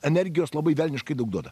energijos labai velniškai daug duoda